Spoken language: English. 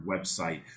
website